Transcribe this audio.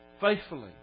faithfully